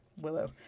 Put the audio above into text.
willow